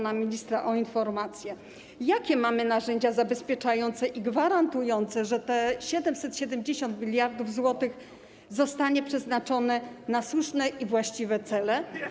proszę pana ministra o informację, jakie mamy narzędzia zabezpieczające i gwarantujące, że te 770 mld zł zostanie przeznaczone na słuszne i właściwe cele.